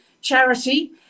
charity